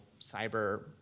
cyber